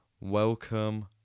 Welcome